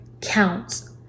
counts